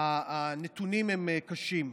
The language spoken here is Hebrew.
הנתונים הם קשים.